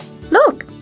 look